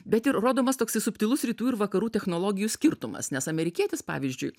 bet ir rodomas toksai subtilus rytų ir vakarų technologijų skirtumas nes amerikietis pavyzdžiui